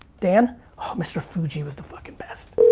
dan? oh mr. fuji was the fucking best.